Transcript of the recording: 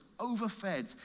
overfed